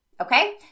Okay